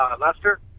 Lester